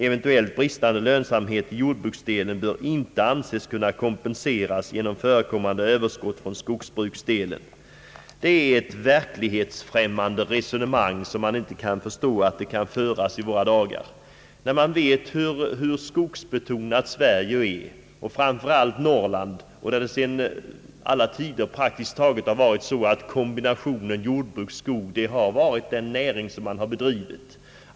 Eventuellt bristande lönsamhet i jord bruksdelen bör inte anses kunna kompenseras genom förekommande Ööverskott från skogsbruksdelen. Det är ett verklighetsfrämmande resonemang när man vet hur skogsbetonat Sverige och framför allt Norrland är. Det har ju hos oss i alla tider praktiskt taget varit så att kombinationen jordbruk—skog har varit den näring som man bedrivit.